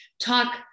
talk